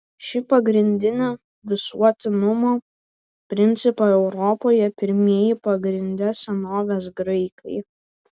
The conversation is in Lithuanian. šį pagrindinį visuotinumo principą europoje pirmieji pagrindė senovės graikai